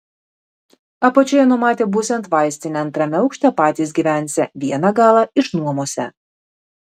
apačioje numatė būsiant vaistinę antrame aukšte patys gyvensią vieną galą išnuomosią